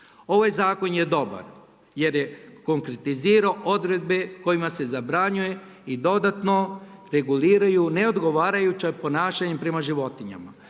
Ovaj zakon je dobar jer je konkretizirao odredbe kojima se zabranjuje i dodatno reguliraju neodgovarajućim ponašanjem prema životinjama